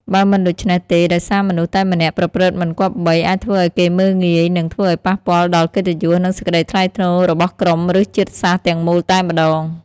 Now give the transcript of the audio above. បើមិនដូច្នេះទេដោយសារមនុស្សតែម្នាក់ប្រព្រឹត្តិមិនគប្បី អាចធ្វើឲ្យគេមើលងាយ និងធ្វើឲ្យប៉ះពាលដល់កិត្តិយស និងសេចក្តីថ្លៃថ្នូររបស់ក្រុមឬជាតិសាសន៍ទាំងមូលតែម្តង ។